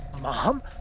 Mom